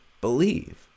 believe